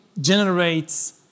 generates